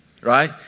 Right